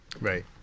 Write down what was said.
Right